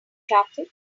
traffic